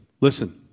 Listen